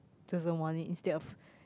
doesn't want it instead of